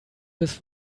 bis